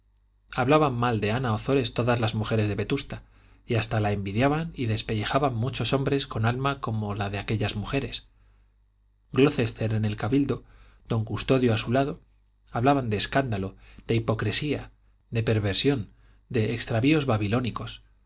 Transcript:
hablaban mal de ana ozores todas las mujeres de vetusta y hasta la envidiaban y despellejaban muchos hombres con alma como la de aquellas mujeres glocester en el cabildo don custodio a su lado hablaban de escándalo de hipocresía de perversión de extravíos babilónicos